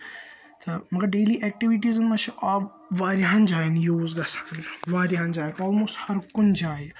تہٕ مَگَر ڈیلی ایٚکٹیوٹیزَن منٛز چھ آب وارِیاہَن جایَن یوز گَژھان وارِیاہَن جایَن آلموسٹ ہَر کُنہِ جایہِ